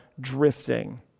drifting